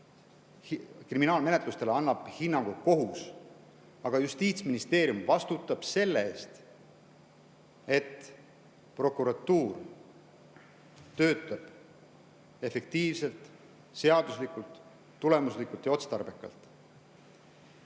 kriminaalmenetlustele annab hinnangu kohus. Aga Justiitsministeerium vastutab selle eest, et prokuratuur töötaks efektiivselt, seaduslikult, tulemuslikult ja otstarbekalt.